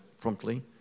promptly